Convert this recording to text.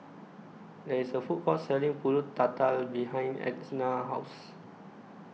There IS A Food Court Selling Pulut Tatal behind Etna's House